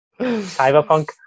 Cyberpunk